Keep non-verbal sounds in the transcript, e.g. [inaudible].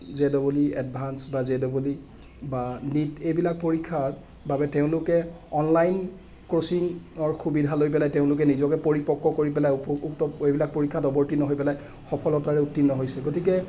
J double E advanced বা J double E বা NEET এইবিলাক পৰীক্ষাত বাবে তেওঁলোকে অনলাইন কৰ্চিং সুবিধা লৈ পেলাই তেওঁলোকে নিজকে পৰিপক্ক কৰি পেলাই [unintelligible] এইবিলাক পৰীক্ষাত অৱৰ্তীৰ্ণ হৈ পেলাই সফলতাৰে উত্তীৰ্ণ হৈছে গতিকে